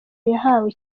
yahawe